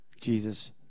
Jesus